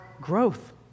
growth